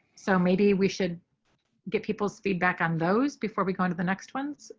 so maybe we should get people's feedback on those before we go on to the next one.